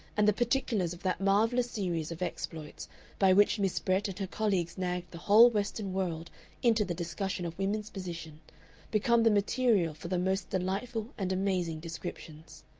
and the particulars of that marvellous series of exploits by which miss brett and her colleagues nagged the whole western world into the discussion of women's position become the material for the most delightful and amazing descriptions.